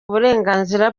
uburenganzira